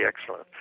excellent